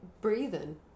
breathing